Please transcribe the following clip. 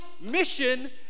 mission